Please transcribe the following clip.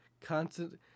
constant